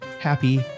happy